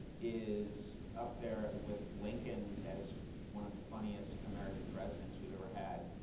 is up there with lincoln as one of the funniest american presidents we've ever had.